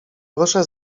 proszę